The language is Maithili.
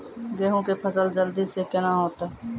गेहूँ के फसल जल्दी से के ना होते?